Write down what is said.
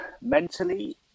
Mentally